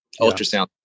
ultrasound